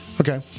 Okay